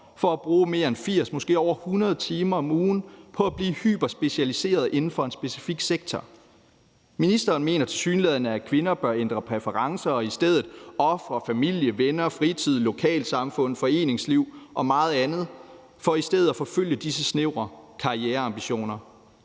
ofre og bruge mere end 80 og måske over 100 timer om ugen på at blive hyperspecialiserede inden for en specifik sektor. Ministeren mener tilsyneladende, at kvinder bør ændre præferencer og i stedet ofre familie, venner, fritid, lokalsamfund, foreningsliv og meget andet for at forfølge disse snævre karriereambitioner.